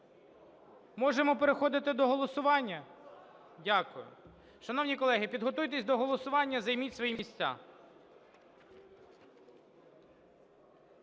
Можемо переходити до голосування? Дякую. Шановні колеги, підготуйтесь до голосування і займіть свої місця.